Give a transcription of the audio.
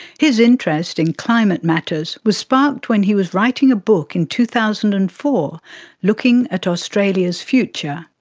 his interest in climate matters was sparked when he was writing a book in two thousand and four looking at australia's future.